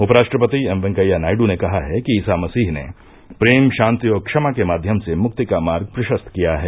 उप राष्ट्रपति एम वेंकैया नायडू ने कहा है कि ईसा मसीह ने प्रेम शांति और क्षमा के माध्यम से मुक्ति का मार्ग प्रशस्त किया है